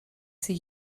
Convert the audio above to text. sie